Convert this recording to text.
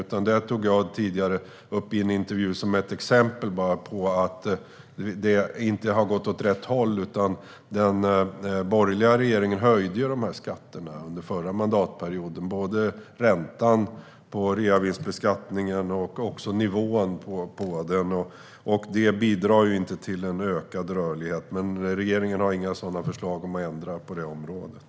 I en intervju tidigare tog jag upp att det inte har gått åt rätt håll. Den borgerliga regeringen höjde ju skatterna under den förra mandatperioden, både räntan och nivån på reavinstbeskattningen. Det bidrar ju inte till en ökad rörlighet, men regeringen har förslag om att ändra på det området.